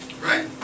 Right